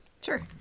sure